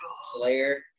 Slayer